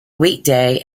weekday